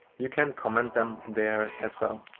you can comment them there aswell.